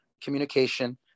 communication